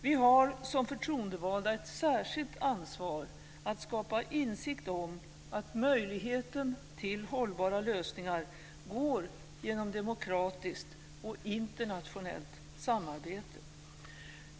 Vi har som förtroendevalda ett särskilt ansvar att skapa insikt om att möjligheten till hållbara lösningar går genom demokratiskt och internationellt samarbete.